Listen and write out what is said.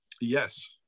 Yes